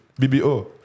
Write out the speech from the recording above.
BBO